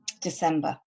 December